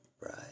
right